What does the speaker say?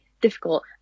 difficult